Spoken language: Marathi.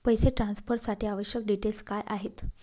पैसे ट्रान्सफरसाठी आवश्यक डिटेल्स काय आहेत?